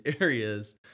areas